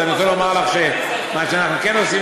אז אני רוצה לומר לך שמה שאנחנו כן עושים